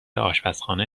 آشپزخانه